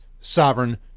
Sovereign